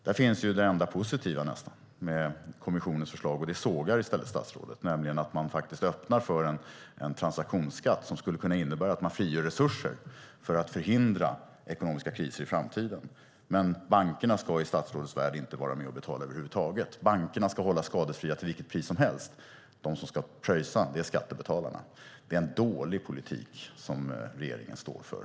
Det nästan enda positiva med kommissionens förslag - och det sågar statsrådet - är att öppna för en transaktionsskatt som skulle kunna innebära att man frigör resurser för att förhindra ekonomiska kriser i framtiden. Men bankerna ska i statsrådets värld inte vara med och betala över huvud taget. Bankerna ska hållas skadefria till vilket pris som helst. De som ska pröjsa är skattebetalarna. Det är en dålig politik som regeringen står för.